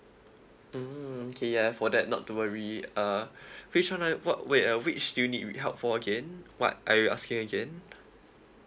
mm okay yeah for that not to worry uh which one I what wait err which do you need with help for again what are you asking again